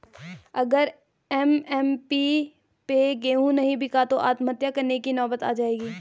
अगर एम.एस.पी पे गेंहू नहीं बिका तो आत्महत्या करने की नौबत आ जाएगी